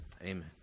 Amen